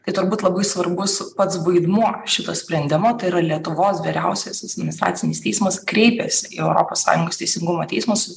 tai turbūt labai svarbus pats vaidmuo šito sprendimo tai yra lietuvos vyriausiasis administracinis teismas kreipėsi į europos sąjungos teisingumo teismą su